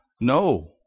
No